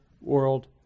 world